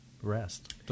Rest